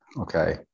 Okay